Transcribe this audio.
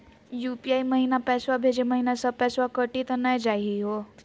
UPI महिना पैसवा भेजै महिना सब पैसवा कटी त नै जाही हो?